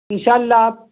ان شاء اللہ آپ